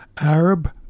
Arab